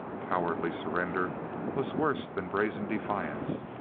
cowardly surrender was worse than brazen defiance,